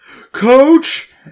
Coach